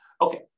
Okay